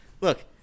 look